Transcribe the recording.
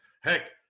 heck